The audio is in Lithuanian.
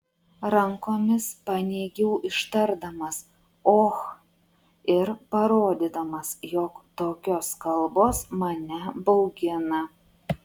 rankomis paneigiau ištardamas och ir parodydamas jog tokios kalbos mane baugina